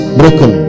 broken